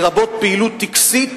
לרבות פעילות טקסית